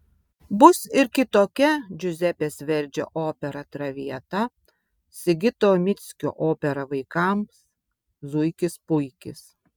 bus ir kitokia džiuzepės verdžio opera traviata sigito mickio opera vaikams zuikis puikis